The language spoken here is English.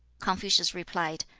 confucius replied,